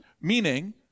Meaning